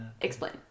explain